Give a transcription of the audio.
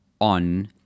on